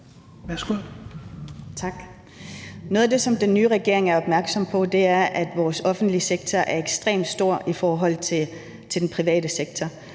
Noget af det, som den nye regering er opmærksom på, er, at vores offentlige sektor er ekstremt stor i forhold til den private sektor.